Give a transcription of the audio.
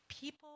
people